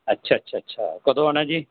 ਅੱਛਾ ਅੱਛਾ ਅੱਛਾ ਕਦੋਂ ਆਉਣਾ ਜੀ